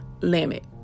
limit